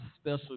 special